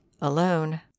alone